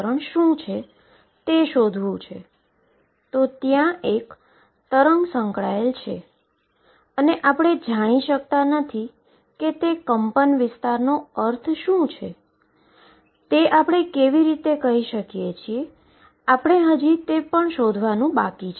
તેથી તે સૂચવે છે કે ત્યાં એક આઈગન ફંક્શન nને અનુરૂપ એનર્જી En છે